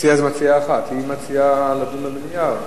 זו מציעה אחת, היא מציעה לדון במליאה.